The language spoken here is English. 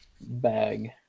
bag